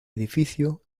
edificio